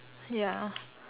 ya